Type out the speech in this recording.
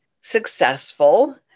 successful